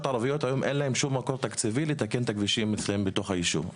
ערביות היום אין להן שום תקציבים לתקן את הכבישים בתוך הישוב.